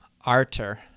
Arter